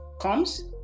comes